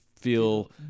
Feel